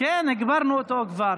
כן, הגברנו אותו כבר.